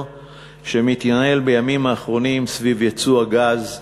שמתנהל בימים האחרונים סביב יצוא הגז.